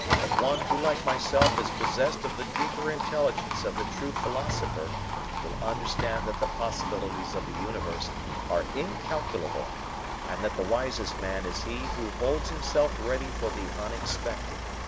but one who like myself is possessed of the deeper intelligence of the true philosopher will understand that the possibilities of the universe are incalculable and that the wisest man is he who holds himself ready for the unexpected.